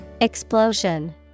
Explosion